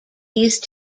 these